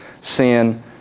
sin